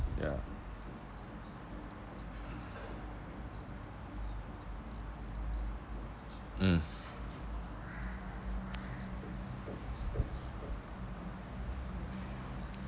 ya mm